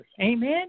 Amen